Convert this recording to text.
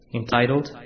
entitled